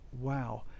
wow